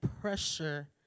pressure